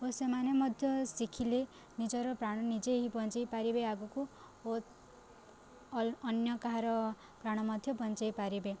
ଓ ସେମାନେ ମଧ୍ୟ ଶିଖିଲେ ନିଜର ପ୍ରାଣ ନିଜେ ହିଁ ବଞ୍ଚାଇ ପାରିବେ ଆଗକୁ ଓ ଅନ୍ୟ କାହାର ପ୍ରାଣ ମଧ୍ୟ ବଞ୍ଚାଇ ପାରିବେ